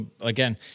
again